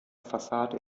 fassade